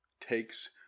takes